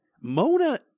mona